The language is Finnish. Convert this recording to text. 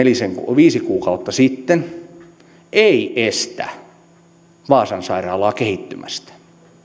viisi kuukautta sitten ei estä vaasan sairaalaa kehittymästä